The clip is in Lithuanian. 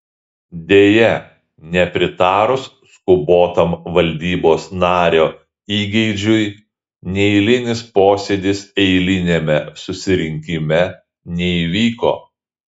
deja nepritarus skubotam valdybos nario įgeidžiui neeilinis posėdis eiliniame susirinkime neįvyko